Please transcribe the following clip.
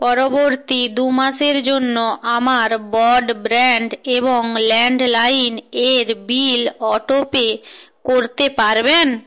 পরবর্তী দু মাসের জন্য আমার বডব্রান্ড এবং ল্যান্ডলাইনের বিল অটো পে করতে পারবেন